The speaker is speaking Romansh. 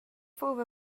fuva